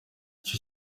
iki